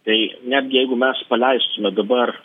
tai netgi jeigu mes paleistume dabar